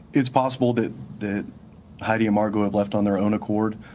it's possible that that heidi and margot have left on their own accord.